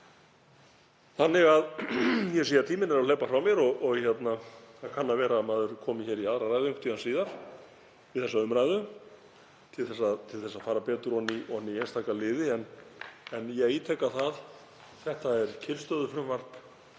sal. Ég sé að tíminn er að hlaupa frá mér og það kann að vera að maður komi hér í aðra ræðu einhvern tímann síðar við þessa umræðu til þess að fara betur ofan í einstaka liði. En ég ítreka að þetta er kyrrstöðufrumvarp